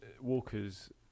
Walker's